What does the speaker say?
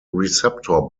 receptor